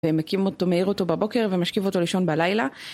ומקים אותו, מאיר אותו בבוקר ומשכיב אותו לישון בלילה.